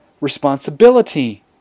responsibility